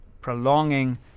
prolonging